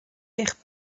eich